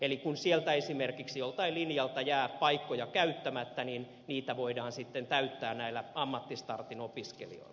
eli kun sieltä esimerkiksi joltain linjalta jää paikkoja käyttämättä niitä voidaan sitten täyttää näillä ammattistartin opiskelijoilla